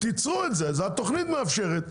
תיצרו את זה, התוכנית מאפשרת.